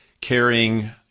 carrying